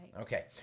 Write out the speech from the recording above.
Okay